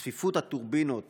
הצפיפות של הטורבינות